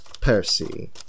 Percy